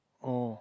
oh